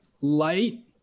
Light